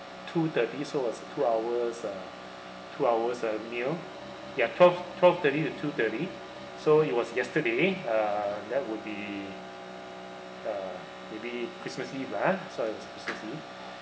two thirty so was two hours uh two hours uh meal ya twelve twelve thirty to two thirty so it was yesterday uh that would be uh maybe christmas eve lah ah so christmas eve